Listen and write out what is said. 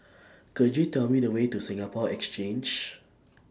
Could YOU Tell Me The Way to Singapore Exchange